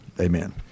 amen